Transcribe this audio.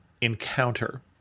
encounter